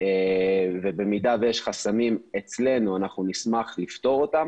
ואם יש חסמים אצלנו אנחנו נשמח לפתור אותם